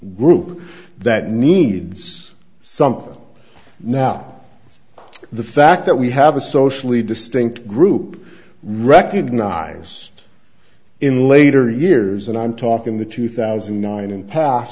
group that needs something now the fact that we have a socially distinct group recognise in later years and i'm talking the two thousand and nine and pas